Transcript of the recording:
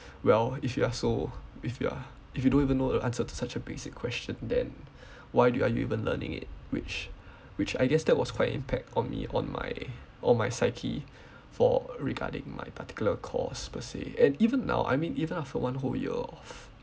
well if you are so if you are if you don't even know the answer to such a basic question then why do you why are you even learning it which which I guess that was quite impact on me on my on my psyche for regarding my particular course per se and even now I mean even after one whole year of